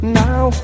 now